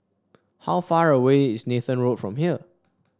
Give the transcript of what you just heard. how far away is Nathan Road from here